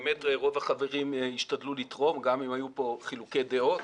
באמת רוב החברים השתדלו לתרום גם אם היו כאן חילוקי דעות.